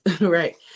right